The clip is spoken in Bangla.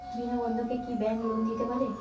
বিনা বন্ধকে কি ব্যাঙ্ক লোন দিতে পারে?